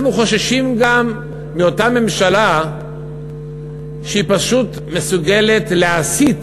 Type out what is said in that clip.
אנחנו חוששים גם מאותה ממשלה שפשוט מסוגלת להסיט